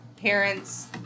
parents